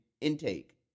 intake